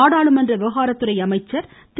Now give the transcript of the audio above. நாடாளுமன்ற விவகாரத்துறை அமைச்சர் திரு